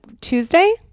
Tuesday